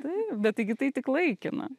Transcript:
taip bet taigi tai tik laikina